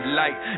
light